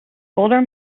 older